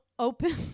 open